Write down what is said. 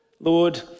Lord